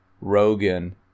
Rogan